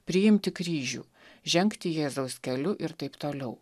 priimti kryžių žengti jėzaus keliu ir taip toliau